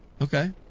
Okay